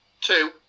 Two